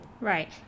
Right